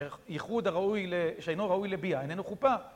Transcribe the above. ייחוד הראוי ל.. שאינו ראוי לביאה, איננו חופה.